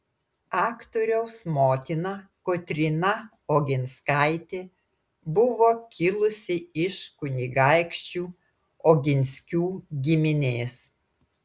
aktoriaus motina kotryna oginskaitė buvo kilusi iš kunigaikščių oginskių giminės